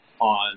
on